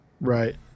right